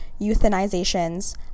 euthanizations